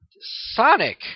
Sonic